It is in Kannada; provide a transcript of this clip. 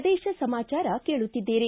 ಪ್ರದೇಶ ಸಮಾಚಾರ ಕೇಳುತ್ತಿದ್ದೀರಿ